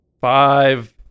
Five